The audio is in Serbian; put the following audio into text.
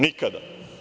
Nikada.